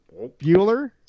Bueller